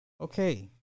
Okay